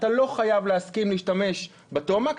אתה לא חייב להסכים להשתמש בתומקס,